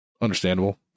understandable